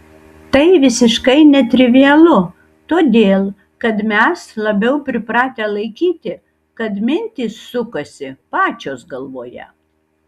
tai visiškai netrivialu todėl kad mes labiau pripratę laikyti kad mintys sukasi pačios galvoje